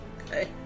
Okay